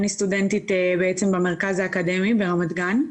אני סטודנטית במרכז האקדמי ברמת גן,